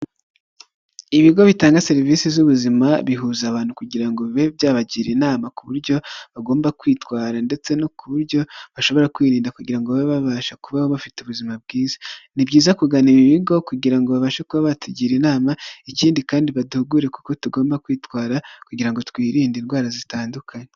Ibigo bitanga serivisi z'ubuzima, bihuza abantu kugira ngo bibe byabagira inama ku buryo bagomba kwitwara, ndetse no ku buryo bashobora kwirinda, kugira babe babasha kuba bafite ubuzima bwiza. Ni byiza kugana ibi bigo kugira ngo babashe kuba batugira inama, ikindi kandi baduhugugure kuko tugomba kwitwara, kugira ngo twirinde indwara zitandukanye.